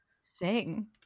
sing